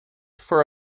for